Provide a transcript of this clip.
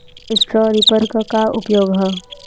Straw reaper क का उपयोग ह?